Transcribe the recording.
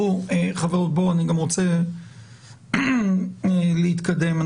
אני רוצה להתקדם.